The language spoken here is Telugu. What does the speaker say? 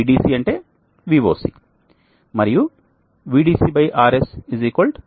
Vdc అంటే Voc మరియు VDCRS Isc